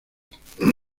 hispana